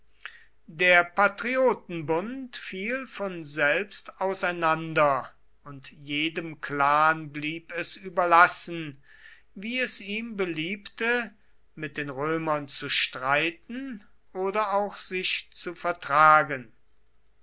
der patriotenbund fiel von selbst auseinander und jedem clan blieb es überlassen wie es ihm beliebte mit den römern zu streiten oder auch sich zu vertragen